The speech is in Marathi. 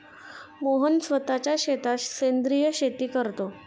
मोहन स्वतःच्या शेतात सेंद्रिय शेती करतो